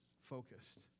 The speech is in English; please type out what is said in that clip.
focused